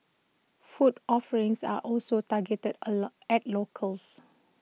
food offerings are also targeted A lot at locals